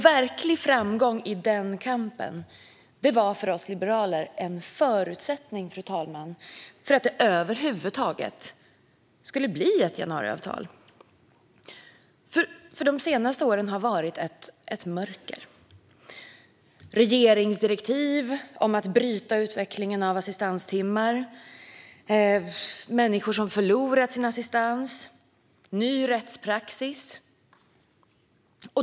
Verklig framgång i denna kamp var för oss liberaler en förutsättning för att det över huvud taget skulle bli ett januariavtal. De senaste åren har varit ett mörker med regeringsdirektiv om att bryta utvecklingen av assistanstimmar, med människor som har förlorat sin assistans och med ny rättspraxis.